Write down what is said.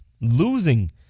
Losing